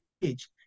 page